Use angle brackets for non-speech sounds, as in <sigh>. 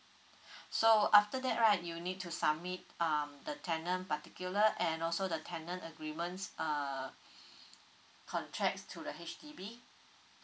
<breath> so after that right you need to submit um the tenant particular and also the tenant agreements uh <breath> contracts to the H_D_B